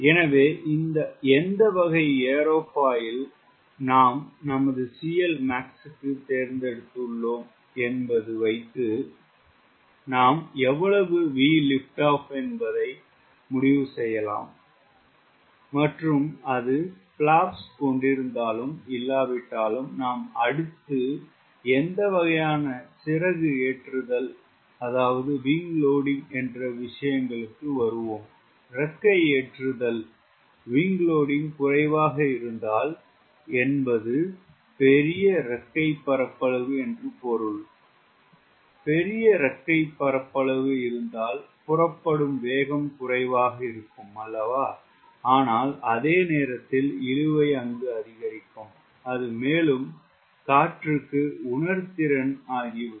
எனவே எந்த வகை ஏரோஃபாயில் நாம் நமது CLmax க்கு தேர்ந்தெடுத்துள்ளோம் என்பது வைத்து நாம் எவ்வளவு VLO என்பதை முடிவு செய்யலாம் மற்றும் அது பிலாப்ஸ் கொண்டிருந்தாலும் இல்லாவிட்டாலும் நாம் அடுத்து எந்த வகையான சிறகு ஏற்றுதல் என்ற விஷயங்களுக்கு வருவோம் இறக்கை ஏற்றுதல் குறைவாக இருத்தால் என்பது பெரிய இறக்கை பரப்பளவு என்று பொருள் பெரிய இறக்கைப் பரப்பளவு இருந்தால் புறப்படும் வேகம் குறைவாக இருக்கும் ஆனால் அதே நேரத்தில் இழுவை அதிகரிக்கும் அது மேலும் காற்றுக்கு உணர்திறன் ஆகிவிடும்